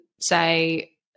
say